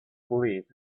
believed